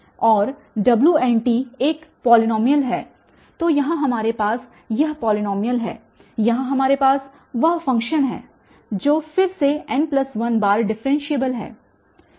और Wn एक polynomial है तो यहाँ हमारे पास यह पॉलीनॉमियल है यहाँ हमारे पास वह फ़ंक्शन है जो फिर से n1बार डिफ़रेन्शियेबल है